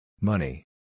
Money